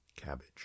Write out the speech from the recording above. Cabbage